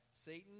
Satan